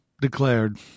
declared